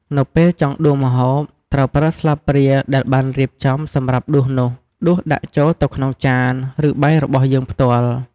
នៅពេលចង់ដួសម្ហូប ត្រូវប្រើស្លាបព្រាដែលបានរៀបចំសម្រាប់ដួសនោះ ដួសដាក់ចូលទៅក្នុងចាន ឬបាយរបស់យើងផ្ទាល់។